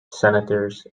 senators